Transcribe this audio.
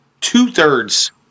two-thirds